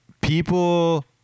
people